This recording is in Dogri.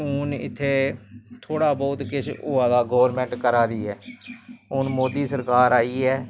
फिर घर घर आंदे लोक फिर दूऐ दिन पता लगदा जियां हुन कल स्कूल संडे ऐ